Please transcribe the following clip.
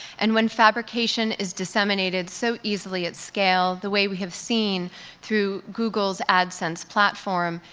and when fabrication is disseminated so easily at scale, the way we have seen through google's adsense platform,